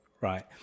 right